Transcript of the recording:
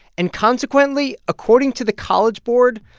and consequently, according to the college board,